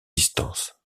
distance